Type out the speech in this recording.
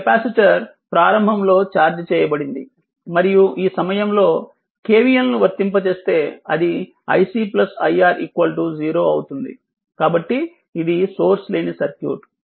ఈ కెపాసిటర్ ప్రారంభంలో ఛార్జ్ చేయబడింది మరియు ఈ సమయంలో KVL ను వర్తింపజేస్తే అది iC iR 0 అవుతుంది కాబట్టి ఇది సోర్స్ లేని సర్క్యూట్